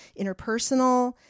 interpersonal